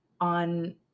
on